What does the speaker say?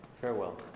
Farewell